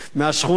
מהשכונה.